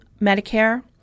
Medicare